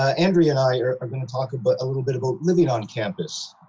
ah andrew and i are are going to talk a but little bit about living op campus.